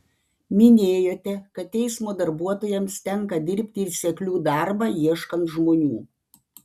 minėjote kad teismo darbuotojams tenka dirbti ir seklių darbą ieškant žmonių